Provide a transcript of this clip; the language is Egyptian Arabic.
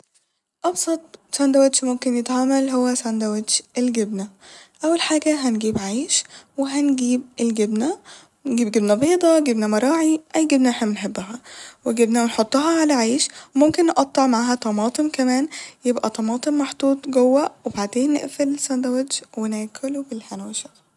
ابسط سندوتش ممكن يتعمل هو سندوتش الجبنة ، اول حاجة هنجيب عيش وهنجيب الجبنة ونجيب جبنة بيضة جبنة مراعي ، اي جبنة احنا بنحبها وجبنة نحطها ع العيش وممكن نقطع معاها طماطم كمان يبقى طماطم محطوط جوه وبعدين نقفل السندوتش و ناكل وبالهنا والشفا